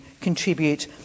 contribute